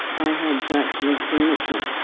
i had sex with furniture.